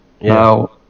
Now